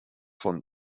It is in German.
von